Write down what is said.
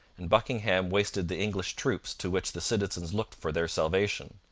and buckingham wasted the english troops to which the citizens looked for their salvation.